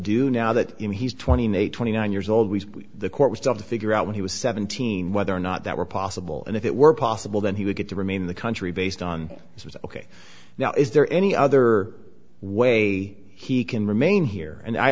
do now that he's twenty eight twenty nine years old we the court was dumb to figure out when he was seventeen whether or not that were possible and if it were possible that he would get to remain in the country based on his was ok now is there any other way he can remain here and i